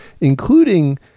including